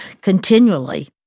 continually